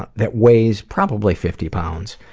but that weighs, probably fifty pounds.